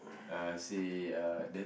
uh say uh the